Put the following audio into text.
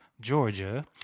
Georgia